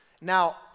Now